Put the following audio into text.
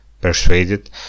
persuaded